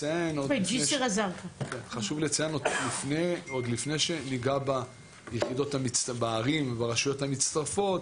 חשוב לציין עוד לפני שניגע בערים וברשויות המצטרפות,